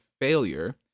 failure